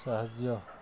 ସାହାଯ୍ୟ